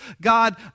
God